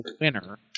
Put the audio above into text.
winner